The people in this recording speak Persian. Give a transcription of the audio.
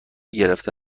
گرفته